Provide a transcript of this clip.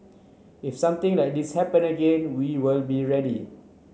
if something like this happen again we will be ready